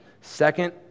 second